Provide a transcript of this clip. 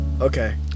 Okay